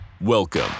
Welcome